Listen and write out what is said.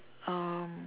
um